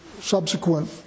subsequent